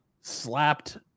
slapped